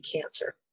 cancer